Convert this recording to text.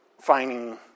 finding